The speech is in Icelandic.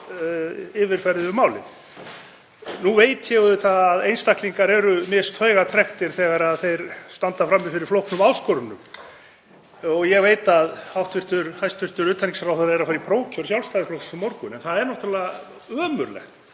auðvitað að einstaklingar eru mistaugatrekktir þegar þeir standa frammi fyrir flóknum áskorunum og veit að hæstv. utanríkisráðherra er að fara í prófkjör Sjálfstæðisflokksins á morgun en það er náttúrlega ömurlegt